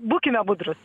būkime budrūs